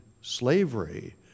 slavery